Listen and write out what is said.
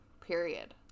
period